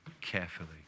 carefully